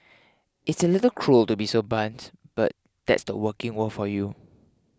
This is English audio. it's a little cruel to be so blunt but that's the working world for you